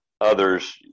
others